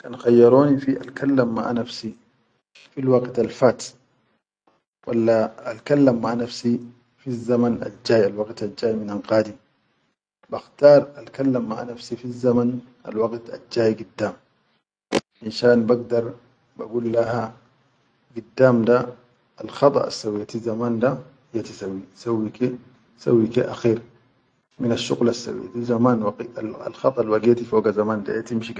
Kan khayyaroni fi al kallam maʼa nafsi di fi waqtal fat, walla alkallam maʼa nafsi fi zaman al jay, al waqit al jay minnan kadi bakhtar al kallam maʼa nafsi fi zaman al waqit al jay giddam finshan bagdar bagul le ha giddam da al khada assaweti zaman da ya tisawwi sawwi ke sawwi ke akher mina shuqulal sawweti zaman waqit al khada wa geti foga zaman da ya ti.